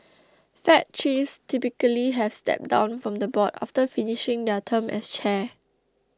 fed chiefs typically have stepped down from the board after finishing their term as chair